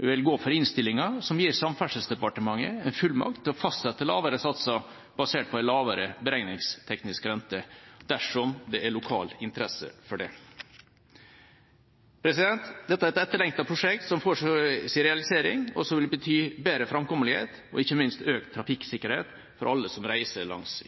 støtter innstillinga, som gir Samferdselsdepartementet en fullmakt til å fastsette lavere satser, basert på en lavere beregningsteknisk rente, dersom det er lokal interesse for det. Dette er et etterlengtet prosjekt som får sin realisering, og som vil bety bedre framkommelighet og ikke minst økt trafikksikkerhet for alle som reiser langs